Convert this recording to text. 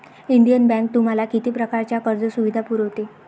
Indian bank तुम्हाला किती प्रकारच्या कर्ज सुविधा पुरवते?